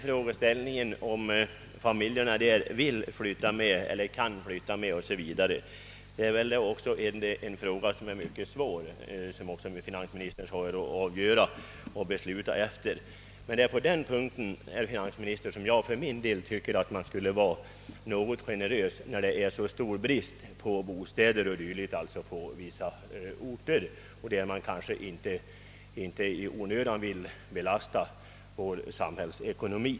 Frågan om familjerna vill eller kan flytta med bör ej utgöra anledning att vägra avdrag, och på denna punkt tycker jag att man borde vara något mera generös med skatteavdragen, eftersom bristen på bostäder är så stor på vissa orter; man vill ju inte heller i onödan belasta vår samhällsekonomi.